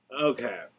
Okay